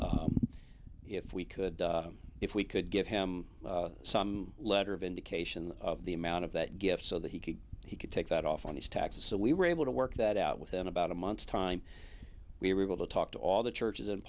dollars if we could if we could give him some letter of indication of the amount of that gift so that he could he could take that off on his taxes so we were able to work that out within about a month's time we were able to talk to all the churches